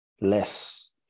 less